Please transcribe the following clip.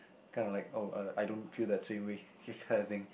kind of like oh uh I don't feel the same way that kind of thing